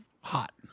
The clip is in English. hot